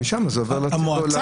ומשם זה עובר לציבורית.